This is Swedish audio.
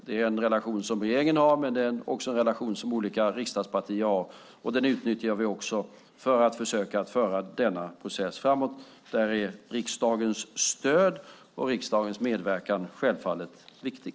Det är en relation som regeringen har, men det är också en relation som olika riksdagspartier har. Detta utnyttjar vi också för att försöka föra denna process framåt. Där är riksdagens stöd och medverkan självfallet viktig.